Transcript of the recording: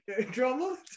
drama